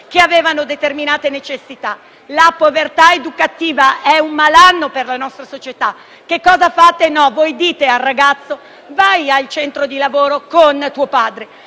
che avevano determinate necessità. La povertà educativa è un malanno per la nostra società. E voi che cosa fate? Dite ai ragazzi di andare al centro di lavoro con i loro padri